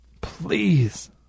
please